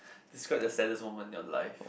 describe the saddest moment in your life